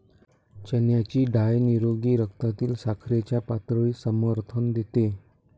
चण्याची डाळ निरोगी रक्तातील साखरेच्या पातळीस समर्थन देते